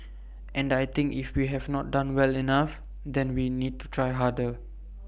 and I think if we have not done well enough then we need to try harder